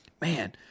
man